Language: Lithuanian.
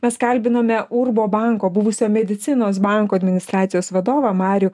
mes kalbinome urbo banko buvusio medicinos banko administracijos vadovą marių